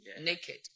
naked